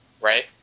Right